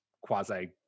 quasi